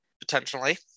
potentially